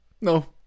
no